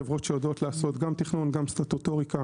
חברות שיודעות לעשות גם תכנון, גם סטטוטוריקה